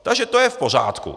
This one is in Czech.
Takže to je v pořádku.